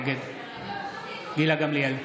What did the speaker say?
נגד גילה גמליאל,